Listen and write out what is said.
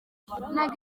ntabwo